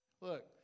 Look